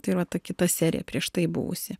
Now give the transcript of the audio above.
tai yra ta kita serija prieš tai buvusi